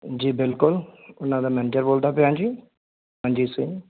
ਜੀ ਬਿਲਕੁਲ ਉਨ੍ਹਾਂ ਦਾ ਮੈਨੇਜਰ ਬੋਲਦਾ ਪਿਆ ਜੀ ਮਨਜੀਤ ਸਿੰਘ